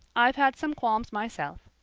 i've had some qualms myself.